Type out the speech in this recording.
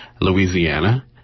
Louisiana